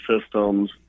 systems